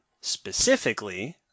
Specifically